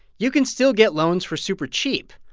you can still get loans for super cheap.